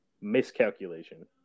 miscalculation